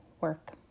work